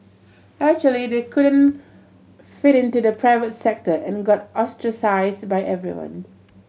actually they couldn't fit into the private sector and got ostracised by everyone